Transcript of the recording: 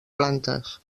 plantes